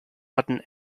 hatten